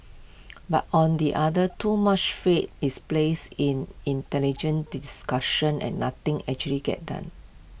but on the other too much faith is placed in intelligent discussion and nothing actually gets done